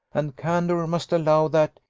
and candour must allow that,